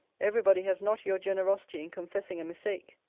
everybody has not your generosity in confessing a mistake.